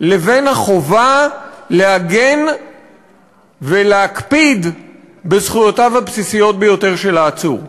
לבין החובה להגן ולהקפיד בזכויותיו הבסיסיות ביותר של העצור.